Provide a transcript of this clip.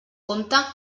compte